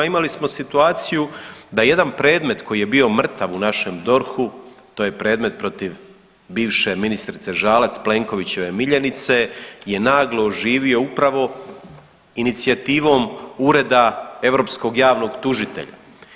Imali smo situaciju da jedan predmet koji je bio mrtav u našem DORH-u, to je predmet protiv bivše ministrice Žalac, Plenkovićeve miljenice je naglo oživio upravo inicijativom Ureda europskog javnog tužitelja.